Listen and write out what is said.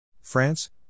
France